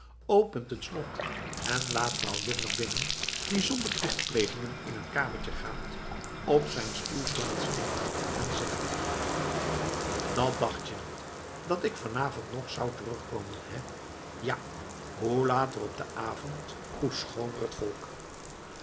opent het slot en laat vrouw juttner binnen die zonder plichtplegingen in t kamertje gaat op zijn stoel plaats neemt en zegt dat dacht je niet dat ik van avond nog zou terugkomen hè ja hoe later op den avond hoe schooner volk